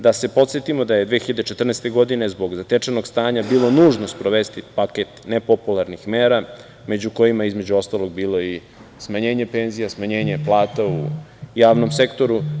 Da se podsetimo da je 2014. godine zbog zatečenog stanja bilo nužno sprovesti paket nepopularnih mera među kojima je, između ostalog, bilo i smanjenje penzija, smanjenje plata u javnom sektoru.